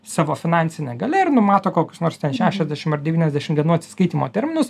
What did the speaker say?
savo finansine galia ir numato kokius nors šešiasdešim ar devyniasdešim dienų atsiskaitymo terminus